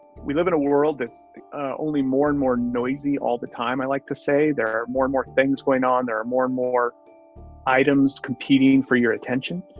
we live in a world that's only more and more noisy all the time. i like to say there are more and more things going on there. more and more items competing for your attention.